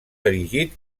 erigit